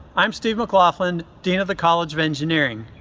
i'm steve maclaughlin, dean of the college of engineering.